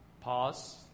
Pause